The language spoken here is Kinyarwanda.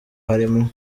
harimo